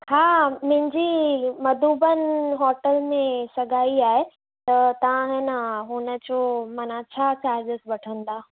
हा मुंहिंजी मधुबन होटल में सगाई आहे त तव्हां हेन हुनजो माना छा चार्जिस वठंदा